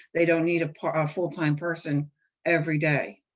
they don't need a ah full-time person every day.